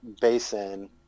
basin